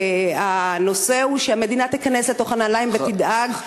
הנושא הוא שהמדינה תיכנס לנעליים ותדאג,